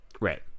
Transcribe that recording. Right